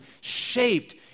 Shaped